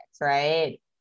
right